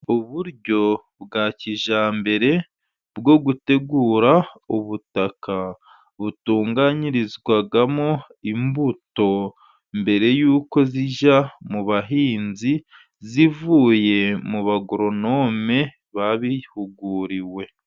Uburyo bwa kijyambere, bwo gutegura ubutaka butunganyirizwamo imbuto, mbere y'uko zijya mu bahinzi zivuye mu bagoronome babihuguriwe.